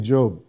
Job